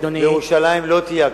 בירושלים לא תהיה הקפאה.